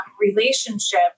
relationship